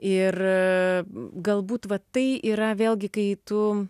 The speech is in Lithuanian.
ir galbūt vat tai yra vėlgi kai tu